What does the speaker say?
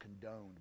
condoned